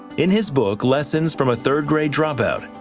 in his book lessons from a third grade dropout,